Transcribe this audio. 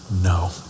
no